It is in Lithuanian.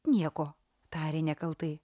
nieko tarė nekaltai